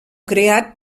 creat